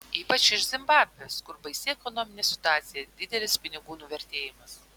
ypač iš zimbabvės kur baisi ekonominė situacija didelis pinigų nuvertėjimas